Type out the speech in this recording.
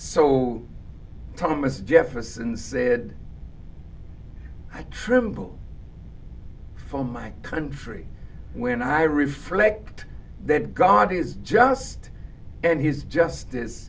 so thomas jefferson said i tremble for my country when i reflect that god is just and his justice